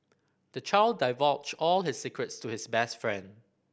the child divulged all his secrets to his best friend